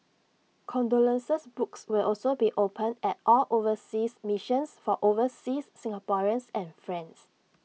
condolence books will also be opened at all overseas missions for overseas Singaporeans and friends